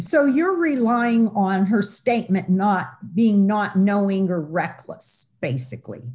so you're relying on her statement not being not knowing or reckless basically